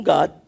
God